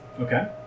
Okay